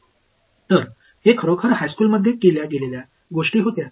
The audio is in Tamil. எனவே இது உண்மையில் உயர்நிலைப் பள்ளியில் செய்திருக்கக்கூடிய ஒரு விஷயத்திற்குத் திரும்பி வருவோம்